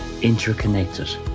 interconnected